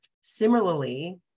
Similarly